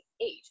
eight